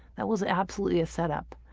that was absolutely a setup.